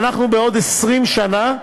ואנחנו, בעוד 20 שנה,